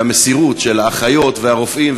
והמסירות של האחיות והרופאים,